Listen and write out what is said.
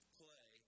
play